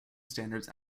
standards